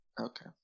Okay